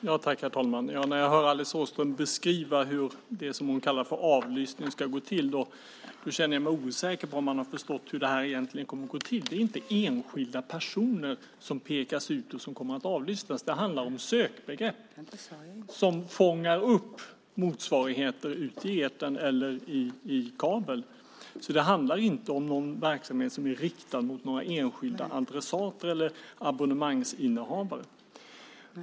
Herr talman! När jag hör Alice Åström beskriva hur det hon kallar för avlyssning ska gå till känner jag mig osäker på om man har förstått hur det egentligen kommer att gå till. Det är inte enskilda personer som pekas ut och som kommer att avlyssnas. Det handlar om sökbegrepp som fångar upp motsvarigheter ute i etern eller i kabel. Det handlar inte om någon verksamhet som är riktad mot några enskilda adressater eller abonnemangsinnehavare.